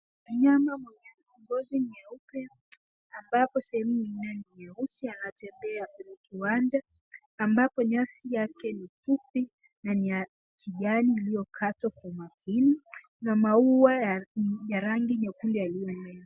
Mnyama mwenye ngozi nyeupe ambapo sehemu nyingine ni nyeusi anatembea kwenye kiwanja ambapo nyasi yake ni fupi na ni ya kijani iliyokatwa kwa umakini na maua ya rangi nyekundu.